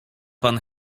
pan